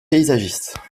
paysagiste